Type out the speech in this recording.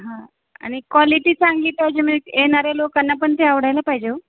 हा आ आणि क्वालिटी चांगली पाहिजे आणि येणाऱ्या लोकांनापण ते आवडायला पाहिजे ओ